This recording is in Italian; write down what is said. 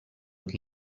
che